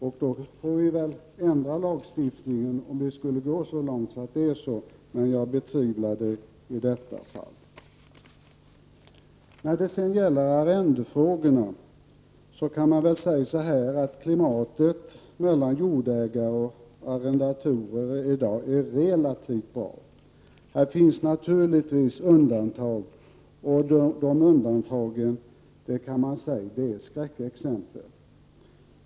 Vi får väl om det skulle gå så långt ändra lagstiftningen, men jag betvivlar att det blir aktuellt i detta fall. När det gäller arrendefrågorna kan man väl säga att klimatet mellan jordägare och arrendatorer i dag är relativt bra. Här finns naturligtvis undantag, och man kan säga att dessa undantag är skräckexempel.